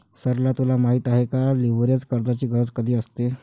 सरला तुला माहित आहे का, लीव्हरेज कर्जाची गरज कधी असते?